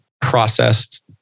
processed